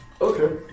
Okay